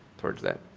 towards that.